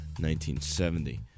1970